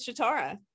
Shatara